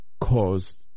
caused